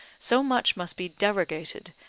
so much must be derogated,